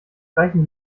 reichen